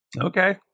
Okay